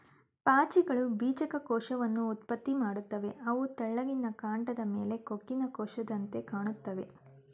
ಪಾಚಿಗಳು ಬೀಜಕ ಕೋಶವನ್ನ ಉತ್ಪತ್ತಿ ಮಾಡ್ತವೆ ಅವು ತೆಳ್ಳಿಗಿನ ಕಾಂಡದ್ ಮೇಲೆ ಕೊಕ್ಕಿನ ಕೋಶದಂತೆ ಕಾಣ್ತಾವೆ